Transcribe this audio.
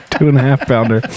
Two-and-a-half-pounder